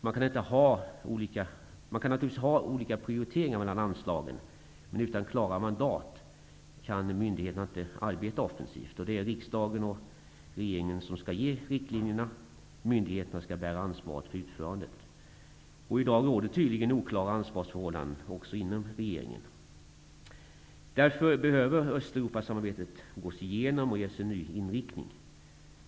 Man kan naturligtvis göra olika prioriteringar mellan anslagen, men utan klara mandat kan myndigheter inte arbeta offensivt. Det är riksdagen och regeringen som skall ange riktlinjerna. Myndigheterna skall bära ansvaret för utförandet. I dag råder tydligen oklara ansvarsförhållanden också inom regeringen. Av denna anledning behöver man gå igenom formerna för Östeuropasamarbetet och ge det en ny inriktning.